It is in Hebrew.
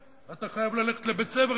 אתה חייב ללכת לבית-הספר,